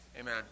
Amen